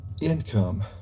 Income